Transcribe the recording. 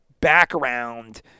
background